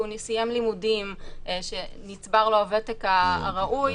שהוא סיים לימודים ונצבר לו הוותק הראוי,